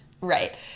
Right